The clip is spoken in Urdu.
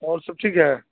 اور سب ٹھیک ہے